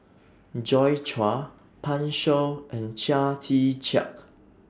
Joi Chua Pan Shou and Chia Tee Chiak